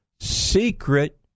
secret